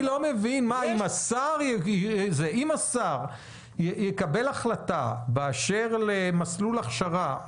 אם השר יקבל החלטה באשר למסלול הכשרה,